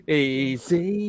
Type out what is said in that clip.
easy